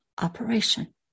operation